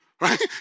right